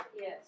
Yes